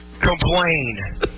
complain